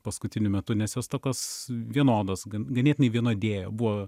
paskutiniu metu nes jos tokios vienodos gan ganėtinai vienodėja buvo